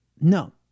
No